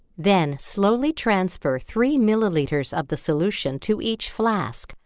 then slowly transfer three milliliters of the solution to each flask,